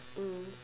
mm